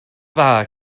dda